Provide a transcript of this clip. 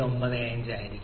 9795 ആയിരിക്കും